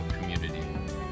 community